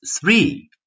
three